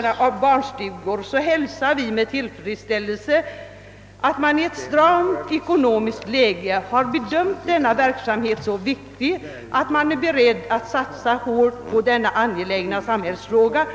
Vi hälsar med glädje att man i ett stramt ekonomiskt läge har bedömt denna verksamhet som så viktig att man är beredd "att satsa hårt på denna angelägna samhällsfråga.